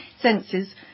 senses